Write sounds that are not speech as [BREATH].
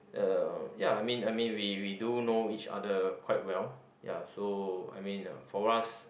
uh ya I mean I mean we we do know each other quite well [BREATH] ya so I mean uh for us